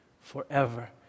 forever